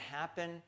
happen